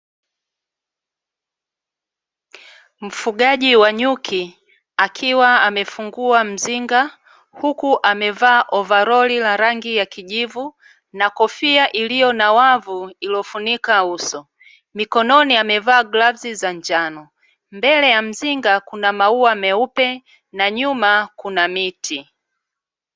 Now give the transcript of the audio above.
Mfugaji wa nyuki akiwa amefungua mzinga huku amevaa ovaroli la rangi ya kijivu na kofia iliyo na wavu iliyofunika uso. Mikononi amevaa glavzi za njano. Mbele ya mzinga kuna maua meupe na nyuma kuna miti.